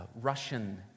Russian